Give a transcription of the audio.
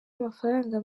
amafaranga